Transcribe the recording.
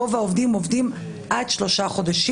רוב העובדים עובדים עד שלושה חודשים.